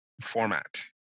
format